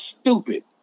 stupid